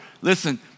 Listen